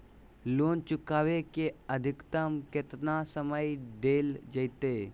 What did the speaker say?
Loan चुकाबे के अधिकतम केतना समय डेल जयते?